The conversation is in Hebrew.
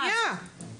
רגע, רגע, שנייה, שנייה.